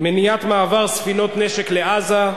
מניעת מעבר ספינות נשק לעזה,